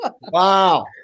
Wow